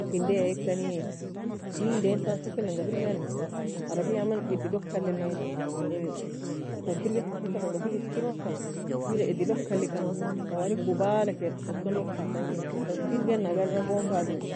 akindaya ikani, digdaintan sokin'anga firgikani.عربية man edilog kallina'nga, in tan firgeka sokina'nga firg iskirosa, wida edilog kallikan, tawli gubalakir oggtano fa tagnin, tan firgaen agara gon fa duwi.